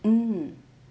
mm